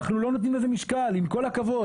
אנחנו לא נותנים לזה משקל עם כל הכבוד,